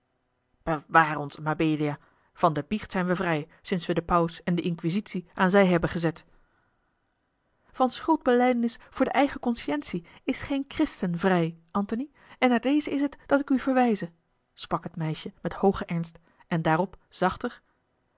bewaar ons mabelia van de biecht zijn we vrij sinds we den paus en de inquisitie aan zij hebben gezet van schuldbelijdenis voor de eigen conscientie is geen christen vrij antony en naar deze is het dat ik u verwijze sprak het meisje met hoogen ernst en daarop zachter